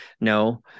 No